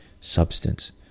substance